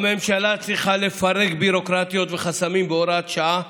הממשלה צריכה לפרק ביורוקרטיות וחסמים בהוראת שעה